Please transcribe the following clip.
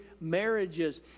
marriages